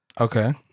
Okay